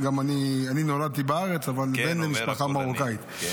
אני נולדתי בארץ אבל בן למשפחה מרוקאית.